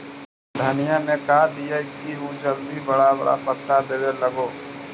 धनिया में का दियै कि उ जल्दी बड़ा बड़ा पता देवे लगै?